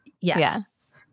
Yes